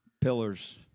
Pillars